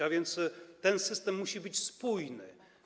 A więc ten system musi być spójny.